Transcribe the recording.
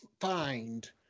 find